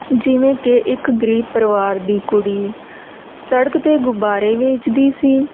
ਜਿਵੇਂ ਕਿ ਇੱਕ ਗਰੀਬ ਪਰਿਵਾਰ ਦੀ ਕੁੜੀ ਸੜਕ 'ਤੇ ਗੁਬਾਰੇ ਵੇਚਦੀ ਸੀ